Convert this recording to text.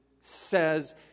says